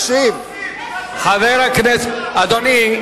אבל היהודים ביישובים שלהם,